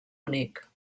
únic